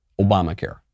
Obamacare